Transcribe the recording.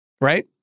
right